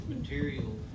material